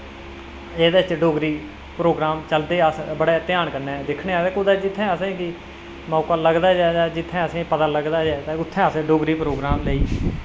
एह्दै च डोगरी प्रोग्राम चलदे अस बड़े ध्यान कन्नै दिक्खिने आं ते जित्थै कुतै असेंगी मौका लगदा जा जित्थै असें पता लगदा ऐ अस उत्थै अस डोगरी प्रोग्राम लेई